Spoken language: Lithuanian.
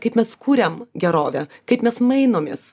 kaip mes kuriam gerovę kaip mes mainomės